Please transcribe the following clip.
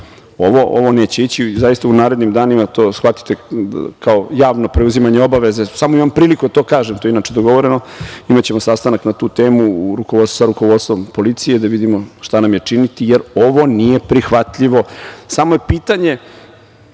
Ovako neće ići. Zaista u narednim danima ovo shvatite kao javno preuzimanje obaveze. Sada imam priliku da to kažem, inače je sve već dogovoreno. Imaćemo sastanak na tu temu sa rukovodstvom policije, da vidimo šta nam je činiti, jer ovo nije prihvatljivo.